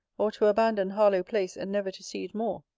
or to abandon harlowe-place, and never to see it more.